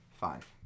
five